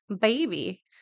baby